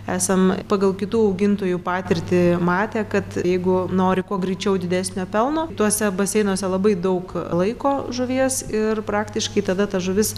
esam pagal kitų augintojų patirtį matę kad jeigu nori kuo greičiau didesnio pelno tuose baseinuose labai daug laiko žuvies ir praktiškai tada ta žuvis